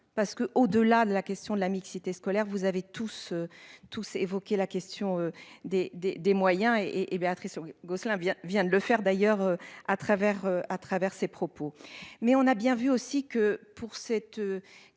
parce que au-delà de la question de la mixité scolaire, vous avez tous tous évoqué la question des des des moyens et et Béatrice Gosselin bien vient de le faire d'ailleurs à travers, à travers ses propos mais on a bien vu aussi que pour cette